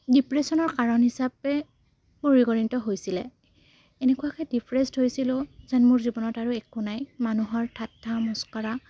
ডিপ্ৰেছনৰ কাৰণ হিচাপে পৰিগণিত হৈছিলে এনেকুৱাকৈ ডিপ্ৰেছড হৈছিলোঁ যেন মোৰ জীৱনত আৰু একো নাই মানুহৰ ঠাত্তা মস্কৰা